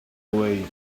away